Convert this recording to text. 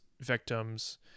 victims